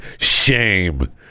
shame